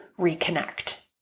reconnect